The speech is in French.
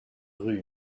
rue